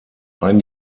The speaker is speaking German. ein